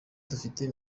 dufite